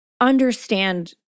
understand